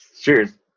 Cheers